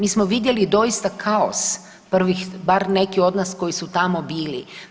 Mi smo vidjeli doista kaos prvih, bar neki od nas koji su tamo bili.